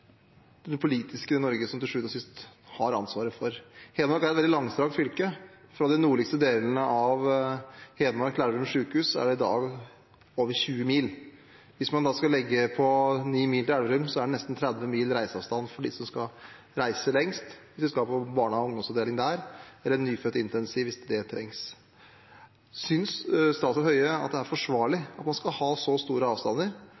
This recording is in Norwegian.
det politiske Norge som har ansvaret for. Hedmark er et veldig langstrakt fylke. Fra de nordligste delene av Hedmark til Elverum sykehus er det over 20 mil. Hvis man da skal legge til 9 mil, er det nesten 30 mil i reiseavstand for dem som skal reise lengst, hvis de skal til barne- og ungdomsavdelingen, eller til nyfødtintensivavdelingen, hvis det trengs. Synes statsråd Høie det er forsvarlig at man skal ha så store avstander,